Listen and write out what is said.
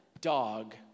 dog